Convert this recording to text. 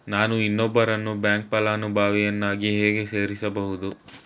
ನಾನು ಇನ್ನೊಬ್ಬರನ್ನು ಬ್ಯಾಂಕ್ ಫಲಾನುಭವಿಯನ್ನಾಗಿ ಹೇಗೆ ಸೇರಿಸಬಹುದು?